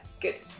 good